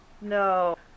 no